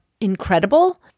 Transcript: incredible